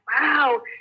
wow